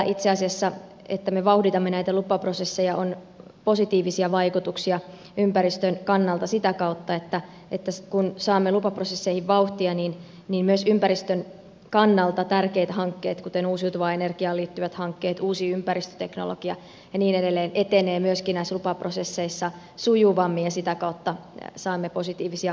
itse asiassa tällä että me vauhditamme näitä lupaprosesseja on positiivisia vaikutuksia ympäristön kannalta sitä kautta että kun saamme lupaprosesseihin vauhtia niin myös ympäristön kannalta tärkeät hankkeet kuten uusiutuvaan energiaan liittyvät hankkeet uusi ympäristöteknologia ja niin edelleen etenevät myöskin näissä lupaprosesseissa sujuvammin ja sitä kautta saamme positiivisia ympäristövaikutuksia